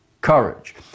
courage